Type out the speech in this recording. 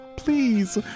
Please